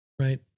Right